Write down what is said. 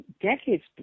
decades